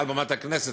מעל במת הכנסת,